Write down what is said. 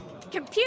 Computer